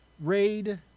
Raid